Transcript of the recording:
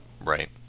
right